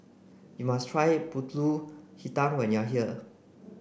you must try Pulut Hitam when you are here